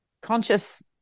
conscious